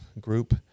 group